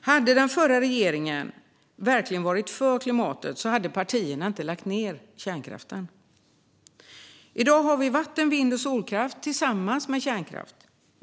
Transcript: Hade den förra regeringen verkligen varit för klimatet hade partierna inte lagt ned kärnkraften. I dag har vi vatten-, vind och solkraft tillsammans med kärnkraft.